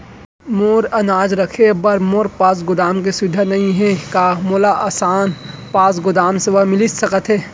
मोर अनाज रखे बर मोर पास गोदाम के सुविधा नई हे का मोला आसान पास गोदाम सेवा मिलिस सकथे?